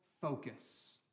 focus